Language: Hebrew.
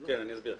אני אסביר.